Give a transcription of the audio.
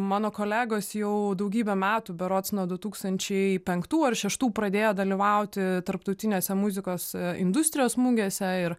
mano kolegos jau daugybę metų berods nuo du tūkstančiai penktų ar šeštų pradėjo dalyvauti tarptautiniuose muzikos industrijos mugėse ir